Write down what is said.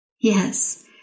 Yes